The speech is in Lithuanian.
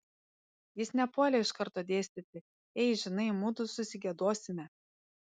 jis nepuolė iš karto dėstyti ei žinai mudu susigiedosime